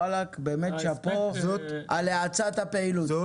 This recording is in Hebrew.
וואלה באמת שאפו על האצת הפעילות.